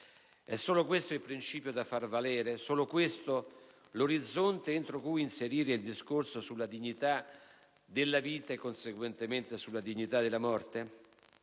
E' solo questo il principio da far valere? Solo questo l'orizzonte entro cui inserire il discorso sulla dignità della vita e conseguentemente sulla dignità della morte?